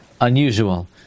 unusual